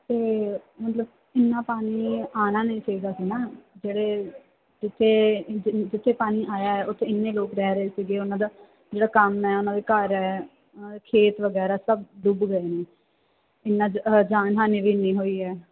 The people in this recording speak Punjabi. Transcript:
ਅਤੇ ਮਤਲਬ ਇੰਨਾ ਪਾਣੀ ਆਉਣਾ ਨਹੀਂ ਚਾਹੀਦਾ ਸੀ ਨਾ ਜਿਹੜੇ ਜਿੱਥੇ ਜਿੱਥੇ ਪਾਣੀ ਆਇਆ ਹੈ ਉੱਥੇ ਇੰਨੇ ਲੋਕ ਰਹਿ ਰਹੇ ਸੀਗੇ ਉਹਨਾਂ ਦਾ ਜਿਹੜਾ ਕੰਮ ਹੈ ਉਹਨਾਂ ਦੇ ਘਰ ਹੈ ਉਹਨਾਂ ਦੇ ਖੇਤ ਵਗੈਰਾ ਸਭ ਡੁੱਬ ਗਏ ਨੇ ਇੰਨਾ ਜਾਨਹਾਨੀ ਵੀ ਇੰਨੀ ਹੋਈ ਹੈ